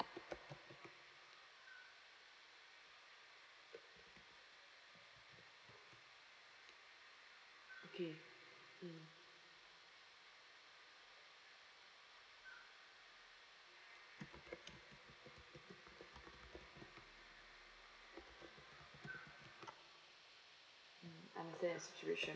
okay mm understand your situation